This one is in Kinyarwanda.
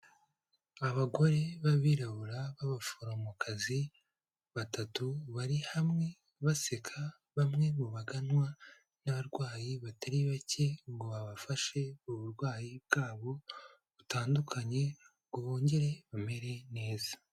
Abagore b'abirabura b'abaforomokazi batatu bari hamwe baseka, bamwe mu baganwa n'abarwayi batari bake ngo babafashe mu burwayi bwabo butandukanye ngo bongere bamere neza.